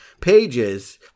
pages